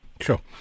Sure